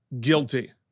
guilty